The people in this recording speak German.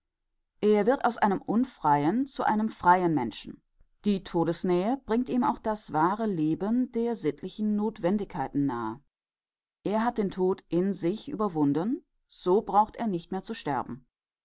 er wird aus einem unfreien zu einem freien menschen die todesnähe bringt ihm das wahre leben der sittlichen notwendigkeit nahe er hat den tod in sich überwunden so braucht er nicht mehr zu sterben